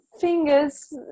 fingers